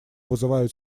вызывают